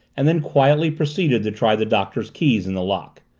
and then quietly proceeded to try the doctor's keys in the lock.